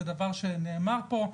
זה דבר שנאמר פה,